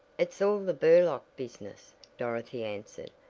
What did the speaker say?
it's all the burlock business, dorothy answered.